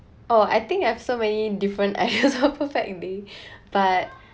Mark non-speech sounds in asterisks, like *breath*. oh I think I have so many different *laughs* and it also perfect day *breath* but